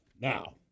Now